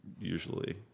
usually